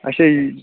اچھا یہِ